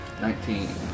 Nineteen